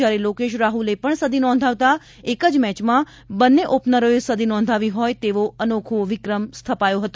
જયારે લોકેશ રાહુલે પણ સદી નોંધાવતા એક જ મેચમાં બંને ઓપનરોએ સદી નોંધાવી હોય તેવો અનોખો વિક્રમ સ્થપાયો હતો